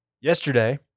Yesterday